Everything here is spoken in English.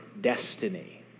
destiny